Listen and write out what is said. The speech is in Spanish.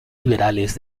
liberales